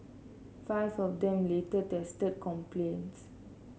five of them later tested compliant